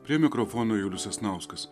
prie mikrofono julius sasnauskas